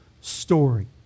story